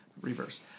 Reverse